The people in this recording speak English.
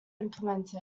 implemented